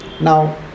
Now